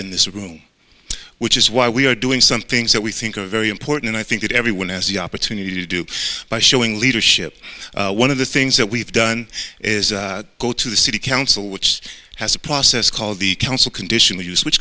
in this room which is why we are doing some things that we think are very important i think that everyone has the opportunity to do by showing leadership one of the things that we've done is go to the city council which has a process called the council condition